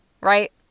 right